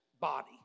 body